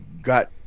got